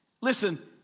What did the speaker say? Listen